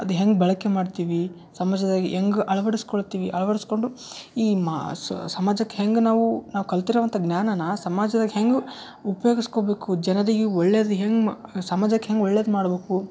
ಅದು ಹೆಂಗೆ ಬಳಕೆ ಮಾಡ್ತೀವಿ ಸಮಾಜದಾಗ ಹೆಂಗೆ ಅಳ್ವಡ್ಸ್ಕೊಳ್ತೀವಿ ಅಳ್ವಡ್ಸ್ಕೊಂಡು ಈ ಮಾ ಸಮಾಜಕ್ಕೆ ಹೆಂಗೆ ನಾವು ನಾವು ಕಲ್ತಿರುವಂಥ ಜ್ಞಾನನ ಸಮಾಜದಾಗ ಹೇಗೂ ಉಪಯೋಗಸ್ಕೊಬೇಕು ಜನರಿಗೆ ಒಳ್ಳೆಯದು ಹೆಂಗೆ ಮ ಸಮಾಜಕ್ಕೆ ಹೆಂಗೆ ಒಳ್ಳೆಯದು ಮಾಡಬೇಕು